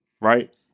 right